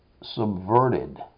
subverted